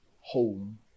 home